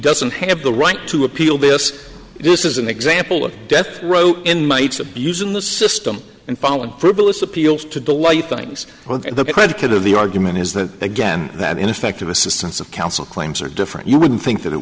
doesn't have the right to appeal this this is an example of death row inmates abusing the system and following frivolous appeals to the light things on the predicate of the argument is that again that ineffective assistance of counsel claims are different you would think that it